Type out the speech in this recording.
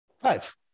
Five